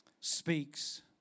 speaks